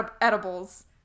edibles